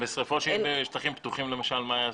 בשטחים פתוחים מה יעשו?